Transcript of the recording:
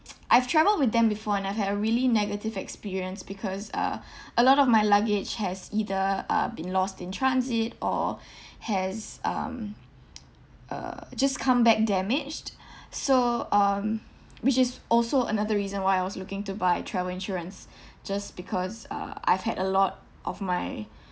I've travelled with them before and I've had a really negative experience because uh a lot of my luggage has either uh been lost in transit or has um uh just come back damaged so um which is also another reason why I was looking to buy travel insurance just because uh I've had a lot of my